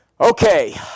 Okay